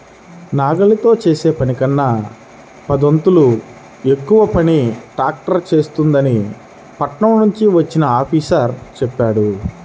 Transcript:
నాగలితో చేసే పనికన్నా పదొంతులు ఎక్కువ పని ట్రాక్టర్ చేత్తదని పట్నం నుంచి వచ్చిన ఆఫీసరు చెప్పాడు